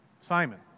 Simon